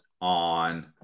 on